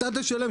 אתה תשלם.